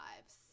lives